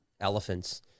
elephants